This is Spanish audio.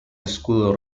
escudo